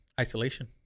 isolation